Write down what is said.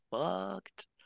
fucked